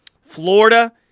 Florida